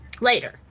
Later